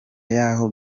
y’aho